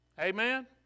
Amen